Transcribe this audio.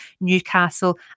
Newcastle